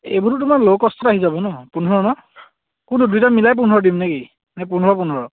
এইবোৰতো তোমাৰ ল' কস্তত আহি যাব নহ্ পোন্ধৰ নহ্ কোনতো দুইটা মিলাই পোন্ধৰ দিম নেকি নে পোন্ধৰ পোন্ধৰ